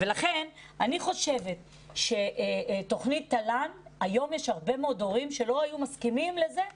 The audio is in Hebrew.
ולכן אני חושבת שהיום יש הרבה מאוד הורים שלא היו מסכימים לתוכנית תל"ן,